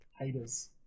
haters